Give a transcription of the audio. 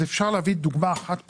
אפשר להביא דוגמה אחת פה.